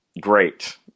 great